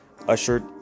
Ushered